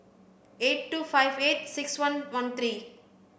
eight two five eight six one one three